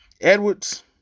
Edwards